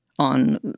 on